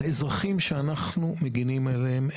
האזרחים שאנחנו מגינים עליהם,